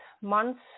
months